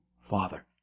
Father